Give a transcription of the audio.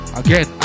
again